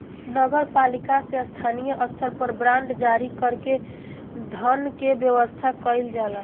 नगर पालिका से स्थानीय स्तर पर बांड जारी कर के धन के व्यवस्था कईल जाला